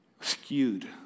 skewed